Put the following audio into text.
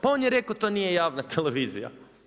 Pa on jer rekao to nije javna televizija.